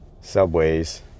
subways